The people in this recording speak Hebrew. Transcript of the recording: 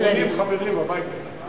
80 חברים בבית הזה.